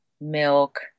milk